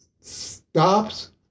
stops